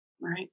Right